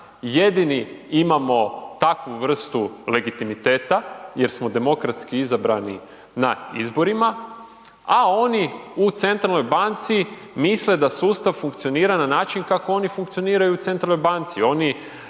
jedini imamo takvu vrstu legitimiteta, jer smo demokratski izabrani na izborima, a oni u Centralnoj banci misle da sustav funkcionira, na način kako oni funkcioniraju u Centralnoj banci.